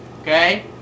Okay